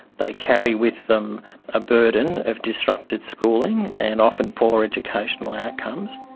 they carry with them a burden of disrupted schooling and often poor educational outcomes.